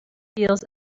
fields